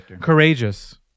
Courageous